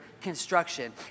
construction